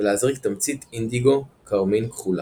ולהזריק תמצית אינדיגו כרמין כחולה.